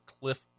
Cliff